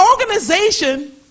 organization